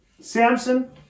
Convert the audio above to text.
Samson